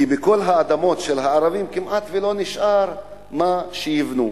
כי בכל האדמות של הערבים כמעט לא נשאר על מה לבנות.